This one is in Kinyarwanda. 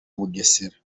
bugesera